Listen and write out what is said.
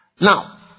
Now